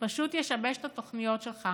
פשוט ישבש את התוכניות שלך